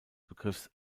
begriffs